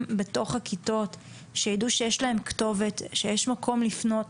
בכיתות כדי שיידעו שיש להם כתובת ומקום לפנות.